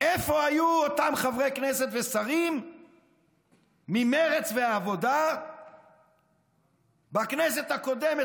איפה היו אותם חברי כנסת ושרים ממרצ והעבודה בכנסת הקודמת?